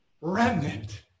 remnant